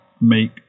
make